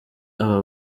aba